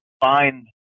find